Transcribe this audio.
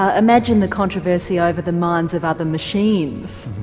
ah imagine the controversy over the minds of other machines.